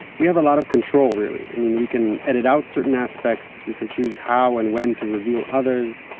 we have a lot of control, really. i mean we can edit out certain aspects, we can choose how and when to reveal others.